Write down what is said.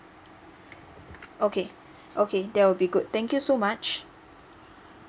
okay okay that will be good thank you so much